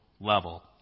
level